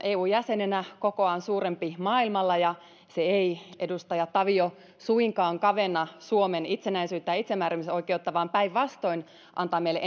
eu jäsenenä kokoaan suurempi maailmalla ja se ei edustaja tavio suinkaan kavenna suomen itsenäisyyttä ja itsemääräämisoikeutta vaan päinvastoin antaa meille